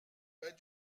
pas